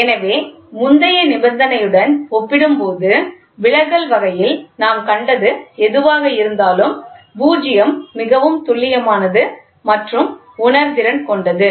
எனவே முந்தைய நிபந்தனையுடன் ஒப்பிடும்போது விலகல் வகையில் நாம் கண்டது எதுவாக இருந்தாலும் பூஜ்யம் மிகவும் துல்லியமானது மற்றும் உணர்திறன் கொண்டது